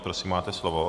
Prosím, máte slovo.